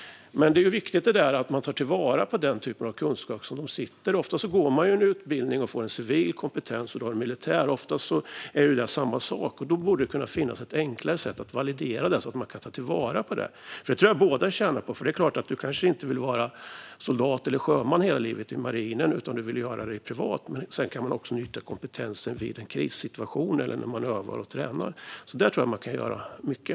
Det är viktigt att man tar till vara den typ av kunskap som personalen besitter. Ofta går man en utbildning och får en civil kompetens, och det finns en militär. Ofta är det samma sak. Då borde det finnas ett enklare sätt att validera den så att man kan ta den till vara. Det tror jag att båda tjänar på. Du kanske inte vill vara soldat eller sjöman i marinen hela livet, utan du vill kunna arbeta privat. Sedan kan man nyttja kompetensen vid en krissituation eller när man övar och tränar. Där tror jag att man kan göra mycket.